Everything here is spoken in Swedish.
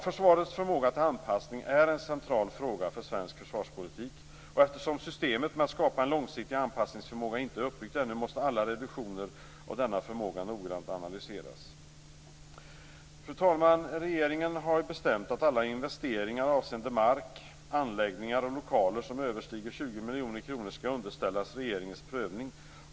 Försvarets förmåga till anpassning är en central fråga för svensk försvarspolitik, och eftersom systemet med att skapa en långsiktig anpassningsförmåga inte är uppbyggt ännu måste alla reduktioner av denna förmåga noggrant analyseras. Fru talman! Regeringen har bestämt att alla investeringar avseende mark, anläggningar och lokaler som överstiger 20 miljoner kronor skall underställas regeringens prövning.